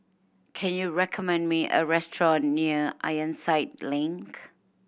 can you recommend me a restaurant near Ironside Link